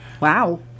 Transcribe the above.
Wow